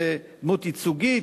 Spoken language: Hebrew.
דמות ייצוגית,